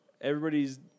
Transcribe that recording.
Everybody's